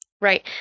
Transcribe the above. Right